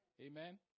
Amen